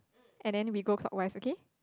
and then we go clockwise okay